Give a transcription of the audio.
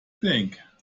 think